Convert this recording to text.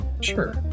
Sure